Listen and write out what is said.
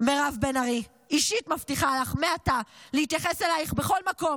מירב בן ארי, להתייחס אלייך מעתה בכל מקום,